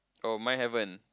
oh mine haven't